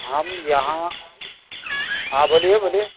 ہم یہاں ہاں بولیے بولیے